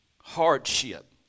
hardship